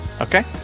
Okay